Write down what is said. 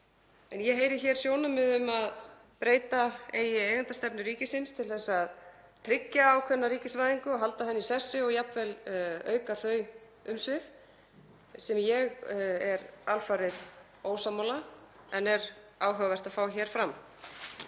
Ég heyri sjónarmið um að breyta eigi eigendastefnu ríkisins til að tryggja ákveðna ríkisvæðingu og treysta hana í sessi og jafnvel auka þau umsvif, sem ég er alfarið ósammála en er áhugavert að fá hér fram.